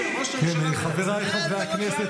--- חבריי חברי הכנסת.